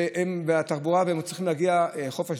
וחוף אשדוד,